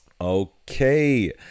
Okay